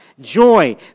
joy